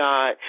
God